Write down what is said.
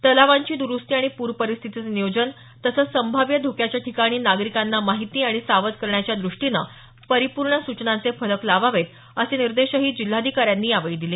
तलावांची द्रूस्ती आणि पूर परिस्थितीचं नियोजन तसंच संभाव्य धोक्याच्या ठिकाणी नागरिकांना माहिती आणि सावध करण्याच्या द्रष्टीनं परिपूर्ण सूचनांचे फलक लावावेत असेही निर्देश जिल्हाधिकाऱ्यांनी दिले